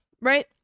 Right